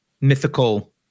mythical